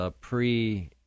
pre